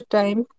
time